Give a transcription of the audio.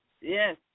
yes